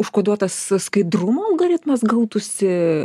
užkoduotas skaidrumo algoritmas gautųsi